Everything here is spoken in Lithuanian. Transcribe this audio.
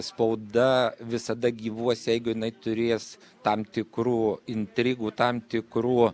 spauda visada gyvuos jeigu jinai turės tam tikrų intrigų tam tikrų